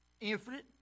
Infinite